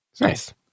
Nice